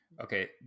Okay